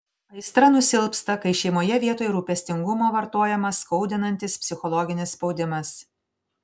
aistra nusilpsta kai šeimoje vietoj rūpestingumo vartojamas skaudinantis psichologinis spaudimas